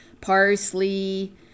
parsley